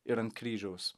ir ant kryžiaus